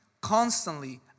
constantly